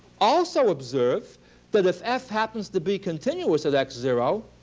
also observe that if f happens to be continuous at x zero,